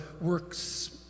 works